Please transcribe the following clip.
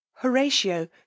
horatio